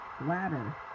ladder